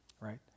Right